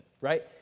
right